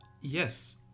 yes